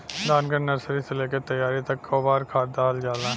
धान के नर्सरी से लेके तैयारी तक कौ बार खाद दहल जाला?